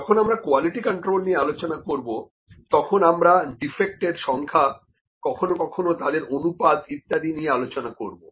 যখন আমরা quality control নিয়ে আলোচনা করবো তখন আমরা ডিফেক্টের সংখ্যা কখনো কখনো তাদের অনুপাত ইত্যাদি নিয়ে আলোচনা করব